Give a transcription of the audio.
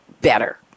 better